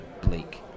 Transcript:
bleak